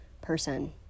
person